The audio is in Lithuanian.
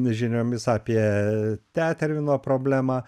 žiniomis apie tetervino problemą